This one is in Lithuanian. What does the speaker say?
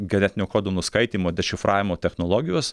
genetinio kodo nuskaitymo dešifravimo technologijos